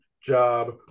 job